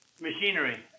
Machinery